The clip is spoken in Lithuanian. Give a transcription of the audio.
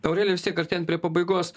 aurelija vis tiek artėjant prie pabaigos